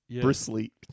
bristly